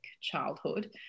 childhood